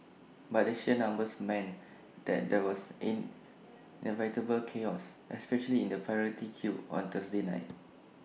but the sheer numbers meant that there was inevitable chaos especially in the priority queue on Thursday night